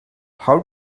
how